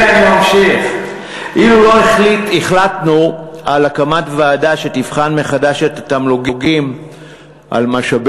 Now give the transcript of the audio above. וכן הוחלט על הקצאת 200 מיליון שקלים למשרד